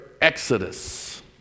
exodus